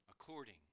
according